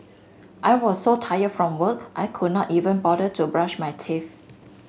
I was so tired from work I could not even bother to brush my teeth